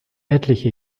etliche